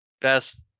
best